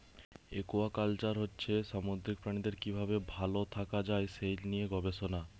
aquaculture হচ্ছে সামুদ্রিক প্রাণীদের কি ভাবে ভাল থাকা যায় সে লিয়ে গবেষণা